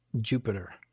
Jupiter